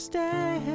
Stay